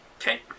Okay